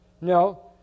No